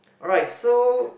alright so